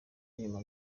nyuma